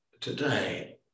today